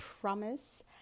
Promise